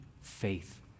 faith